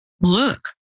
look